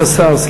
סגנית השר,